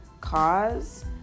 cause